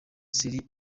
serie